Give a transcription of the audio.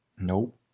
nope